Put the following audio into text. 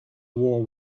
war